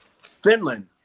Finland